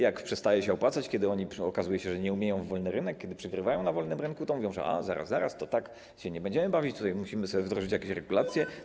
Jak przestaje się opłacać, kiedy okazuje się, że oni nie umieją znaleźć się na wolnym rynku, kiedy przegrywają na wolnym rynku, to mówią: A, zaraz, zaraz, tak się nie będziemy bawić, tutaj musimy sobie wdrożyć jakieś regulacje.